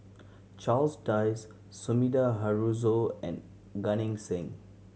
Charles Dyce Sumida Haruzo and Gan Eng Seng